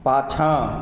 पाछाँ